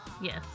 Yes